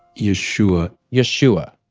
yeshua. yeshua.